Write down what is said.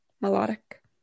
melodic